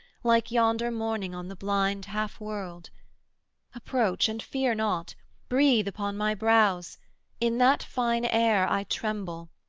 like yonder morning on the blind half-world approach and fear not breathe upon my brows in that fine air i tremble,